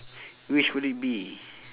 which would it be